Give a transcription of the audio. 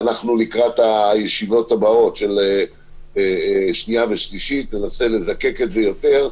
ואנחנו לקראת הישיבה הבאות של שנייה ושלישית ננסה לזקק את זה יותר,